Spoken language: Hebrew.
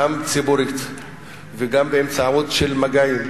גם ציבורית וגם באמצעות מגעים,